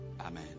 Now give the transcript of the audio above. Amen